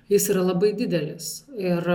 jis yra labai didelis ir